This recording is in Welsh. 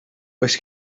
oes